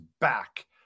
back